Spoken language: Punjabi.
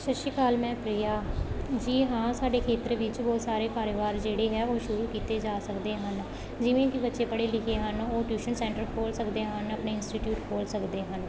ਸਤਿ ਸ਼੍ਰੀ ਅਕਾਲ ਮੈਂ ਪ੍ਰੀਆ ਜੀ ਹਾਂ ਸਾਡੇ ਖੇਤਰ ਵਿੱਚ ਬਹੁਤ ਸਾਰੇ ਕਾਰੋਬਾਰ ਜਿਹੜੇ ਹੈ ਉਹ ਸ਼ੁਰੂ ਕੀਤੇ ਜਾ ਸਕਦੇ ਹਨ ਜਿਵੇਂ ਕਿ ਬੱਚੇ ਪੜ੍ਹੇ ਲਿਖੇ ਹਨ ਉਹ ਟਿਊਸ਼ਨ ਸੈਂਟਰ ਖੋਲ੍ਹ ਸਕਦੇ ਹਨ ਆਪਣੇ ਇੰਸਟੀਟਿਊਟ ਖੋਲ੍ਹ ਸਕਦੇ ਹਨ